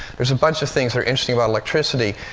there's a bunch of things that are interesting about electricity.